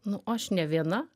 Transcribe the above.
nu aš ne viena